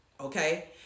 okay